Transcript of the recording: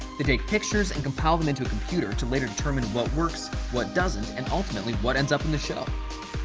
they take pictures and compile them into a computer to later determine what works, what doesn't, and ultimately what ends up in the show.